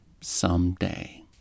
someday